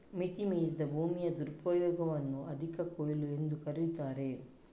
ಮಿತಿ ಮೀರಿದ ಭೂಮಿಯ ದುರುಪಯೋಗವನ್ನು ಅಧಿಕ ಕೊಯ್ಲು ಎಂದೂ ಕರೆಯುತ್ತಾರೆ